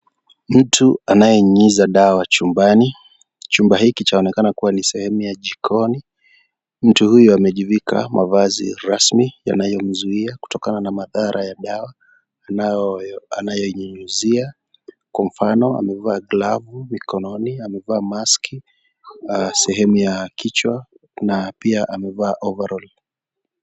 Mtu aneyenyunyiza dawa chumbani. Chumba hiki chaonekana kuwa, ni sehemu ya jikoni. Mtu huyu, amejivika mavazi rasmi yanayomzuia kutokana na madhara ya dawa anayonyunyizia. Kwa mfano, amevaa glovu mikononi, amevaa maski sehemu ya kichwa na pia amevaa ovaroli .